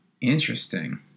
Interesting